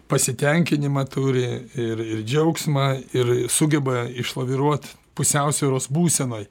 pasitenkinimą turi ir ir džiaugsmą ir sugeba išlaviruot pusiausvyros būsenoj